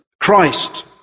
Christ